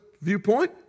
viewpoint